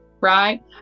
right